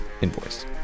invoice